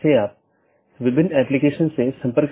इसमें स्रोत या गंतव्य AS में ही रहते है